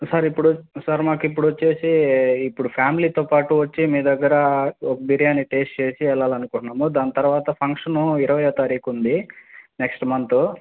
sir ఇప్పుడు sir మాకిప్పుడు వచ్చేసి ఇప్పుడు ఫ్యామిలీతో పాటు వచ్చి మీ దగ్గర ఒక బిర్యానీ టేస్ట్ చేసి వెళ్ళాలనుకుంటున్నాము దాని తరువాత ఫంక్షను ఇరవయ్యవ తారీఖు ఉంది నెక్స్ట్ మంతు